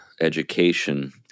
education